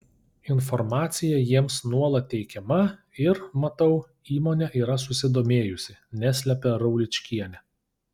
informacija jiems nuolat teikiama ir matau įmonė yra susidomėjusi neslepia rauličkienė